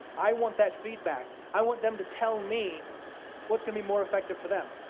i want that feedback. i want them to tell me what's gonna be more effective for them.